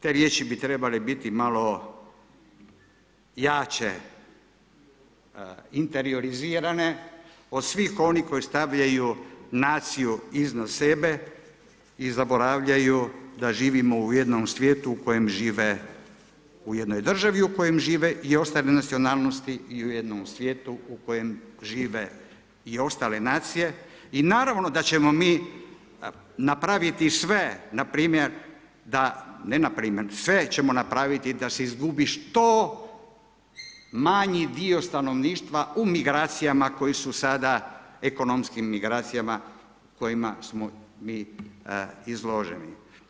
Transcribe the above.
Te riječi bi trebale biti malo jače interiorizirane od svih onih koji stavljaju naciju iznad sebe i zaboravljaju da živimo u jednom svijetu u kojem žive, u jednoj državi u kojoj žive i ostale nacionalnosti i u jednom svijetu u kojem žive i ostale nacije i naravno da ćemo mi napraviti sve npr. da, ne npr. nego sve ćemo napraviti da se izgubi što manji dio stanovništva u migracijama koje su sada, ekonomskim migracijama kojima smo mi izloženi.